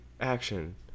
Action